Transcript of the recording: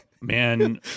Man